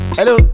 Hello